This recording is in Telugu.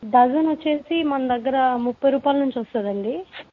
డజన్ వచ్చేసి మన దగ్గర ముప్పై రూపాయల నుంచి వస్తుందండి